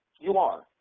you are,